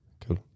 Cool